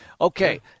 Okay